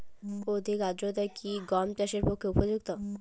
অধিক আর্দ্রতা কি গম চাষের পক্ষে উপযুক্ত?